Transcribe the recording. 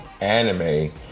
anime